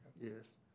Yes